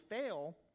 fail